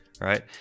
right